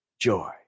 joy